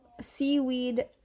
seaweed